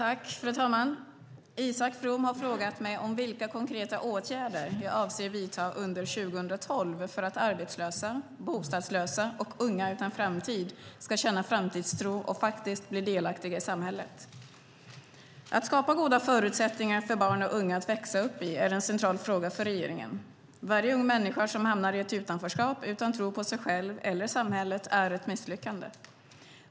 Fru talman! Isak From har frågat mig om vilka konkreta åtgärder jag avser att vidta under 2012 för att arbetslösa, bostadslösa och unga utan framtid ska känna framtidstro och faktiskt bli delaktiga i samhället. Att skapa goda förutsättningar för barn och unga att växa upp är en central fråga för regeringen. Varje ung människa som hamnar i ett utanförskap utan tro på sig själv eller samhället är ett misslyckande.